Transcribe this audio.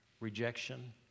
rejection